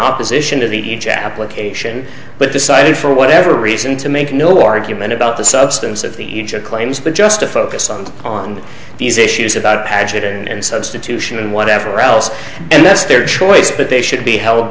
opposition to the ija application but decided for whatever reason to make no argument about the substance of the ija claims but just to focus on on these issues about padgett and substitution and whatever else and that's their choice but they should be held